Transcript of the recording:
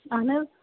اہَن حظ